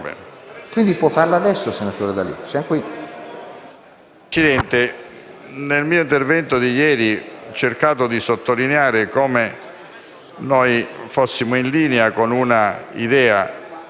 Presidente, nel mio intervento di ieri ho cercato di sottolineare come noi fossimo in linea con un’idea